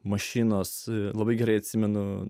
mašinos labai gerai atsimenu